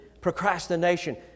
procrastination